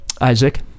Isaac